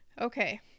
okay